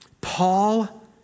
Paul